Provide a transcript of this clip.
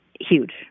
huge